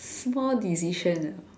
small decision ah